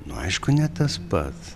nu aišku ne tas pats